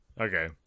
Okay